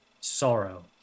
sorrow